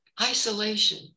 isolation